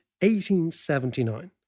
1879